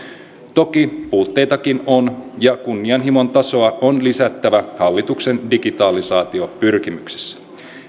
toki puutteitakin on ja kunnianhimon tasoa on lisättävä hallituksen digitalisaatiopyrkimyksissä